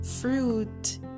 fruit